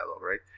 right